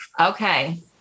Okay